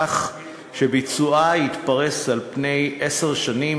כך שביצועה יתפרס על פני עשר שנים,